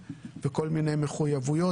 כל מיני קיזוזים שעשינו להם וכל מיני מחויבויות.